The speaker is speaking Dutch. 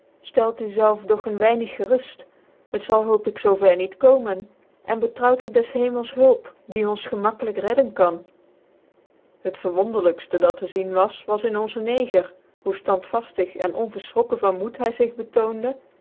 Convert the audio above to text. fteld u zclven doch een weinig geruft het zal hoop ik zoo ver niet roomen en betrouwt op des hcmels hulp die ons gcmakkclyk redden kan het verwonderlykfte dat tc zien was was in onzcncgcr hoe ftandvaftigen onverfchrokken van moed hy zig betoonde